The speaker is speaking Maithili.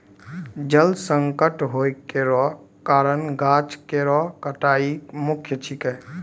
जल संकट होय केरो कारण गाछ केरो कटाई मुख्य छिकै